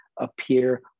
appear